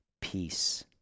peace